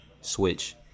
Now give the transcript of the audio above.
switch